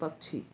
पक्षी